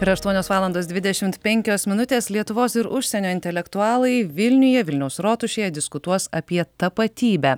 ir aštuonios valandos dvidešim penkios minutės lietuvos ir užsienio intelektualai vilniuje vilniaus rotušėje diskutuos apie tapatybę